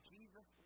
Jesus